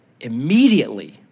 Immediately